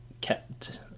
kept